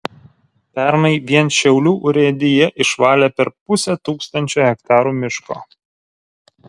pernai vien šiaulių urėdija išvalė per pusę tūkstančio hektarų miško